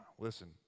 Listen